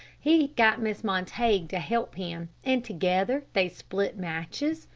he got mrs. montague to help him, and together they split matches,